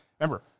remember